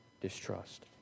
distrust